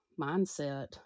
mindset